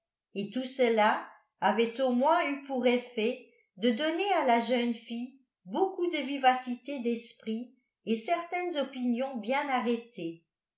et tout cela avait au moins eu pour effet de donner à la jeune fille beaucoup de vivacité d'esprit et certaines opinions bien arrêtées